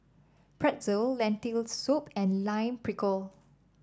Pretzel Lentil Soup and Lime Pickle